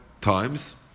times